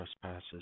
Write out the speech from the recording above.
trespasses